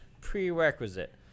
prerequisite